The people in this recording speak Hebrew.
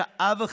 שעה וחצי.